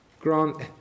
Grant